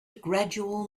gradual